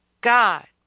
God